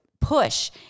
push